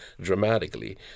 dramatically